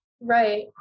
right